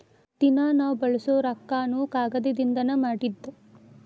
ದಿನಾ ನಾವ ಬಳಸು ರೊಕ್ಕಾನು ಕಾಗದದಿಂದನ ಮಾಡಿದ್ದ